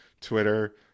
Twitter